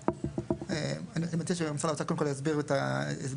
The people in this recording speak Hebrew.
אני מציע שמשרד האוצר קודם כל יסביר באופן